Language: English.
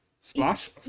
Splash